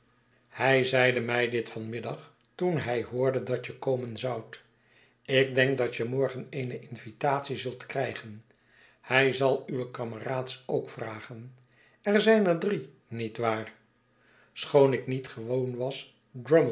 hij zeide mij dit van middag toen hij hoorde dat je komen zoudt ik denk dat je morgen eene invitatie zult krijgen hij zal uwe kameraads ook vragen er zijn er drie niet waar schoon ik niet gewoon was